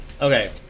Okay